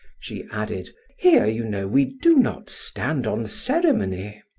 she added here, you know, we do not stand on ceremony.